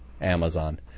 Amazon